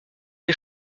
les